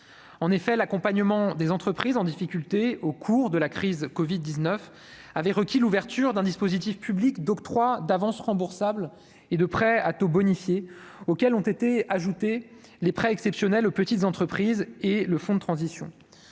en effet, l'accompagnement des entreprises en difficulté au cours de la crise Covid 19 avait requis l'ouverture d'un dispositif public d'octroi d'avances remboursables et de prêts à taux bonifiés auxquels ont été ajoutés les prêts exceptionnels aux petites entreprises et le fonds de transition,